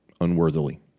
unworthily